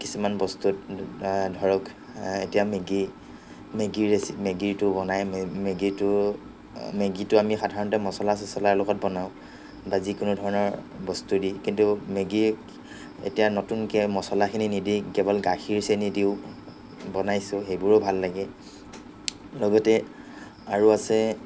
কিছুমান বস্তুত ধৰক এতিয়া মেগী মেগী ৰেচিপি মেগী মেগীটো বনাই মেগীটো মেগীটো আমি সাধাৰণতে মছলা চচলাৰ লগত বনাওঁ বা যিকোনো ধৰণৰ বস্তু দি কিন্তু মেগী এতিয়া নতুনকৈ মছলাখিনি নিদি কেৱল গাখীৰ চেনি দিও বনাইছোঁ সেইবোৰও ভাল লাগে লগতে আৰু আছে